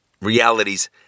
realities